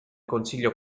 consiglio